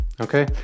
Okay